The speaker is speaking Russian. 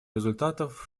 результатов